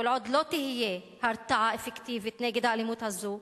כל עוד לא תהיה הרתעה אפקטיבית נגד האלימות הזאת,